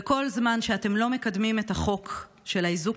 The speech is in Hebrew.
וכל זמן שאתם לא מקדמים את החוק של האיזוק